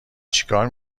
چیکار